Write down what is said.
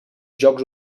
jocs